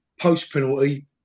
post-penalty